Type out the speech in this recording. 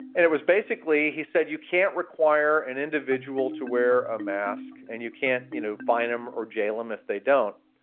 and it was basically he said, you can't require an individual to wear a mask and you can't you know find him or jail them if they don't.